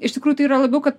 iš tikrųjų yra labiau kad